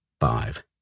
Five